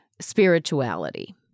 spirituality